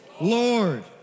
Lord